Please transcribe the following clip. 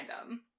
random